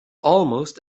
almost